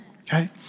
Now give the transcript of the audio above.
okay